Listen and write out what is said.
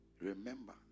Remember